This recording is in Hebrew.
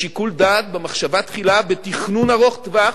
בשיקול דעת, במחשבה תחילה, בתכנון ארוך טווח